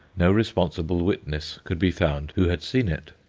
no responsible witness could be found who had seen it.